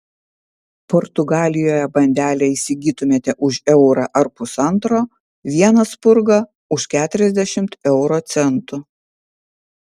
portugalijoje bandelę įsigytumėte už eurą ar pusantro vieną spurgą už keturiasdešimt euro centų